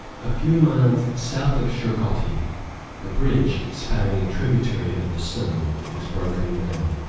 a few miles south of shergotti the bridge spanning a tributary of the sone is broken down,